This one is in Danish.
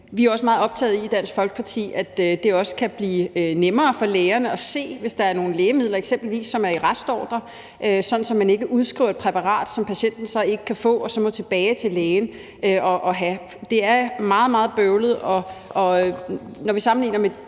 også meget optagede af, at det også kan blive nemmere for lægerne at se det, hvis der eksempelvis er nogle lægemidler, som er i restordre, sådan at man ikke udskriver et præparat, som patienten ikke kan få, og som vedkommende så må tilbage til lægen for at få. For det er meget, meget bøvlet, og når vi sammenligner os